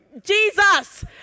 Jesus